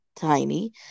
Tiny